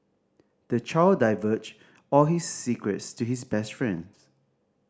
the child divulged all his secrets to his best friend